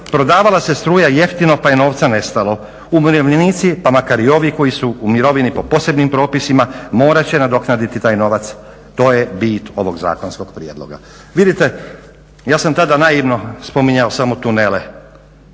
prodavala se struja jeftino pa je novca nestalo. Umirovljenici pa makar i ovi koji su u mirovini po posebnim propisima morat će nadoknaditi taj novac, to je bit ovog zakonskog prijedloga. Vidite, ja sam tada naivno spominjao samo tunele